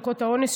של ערכות האונס,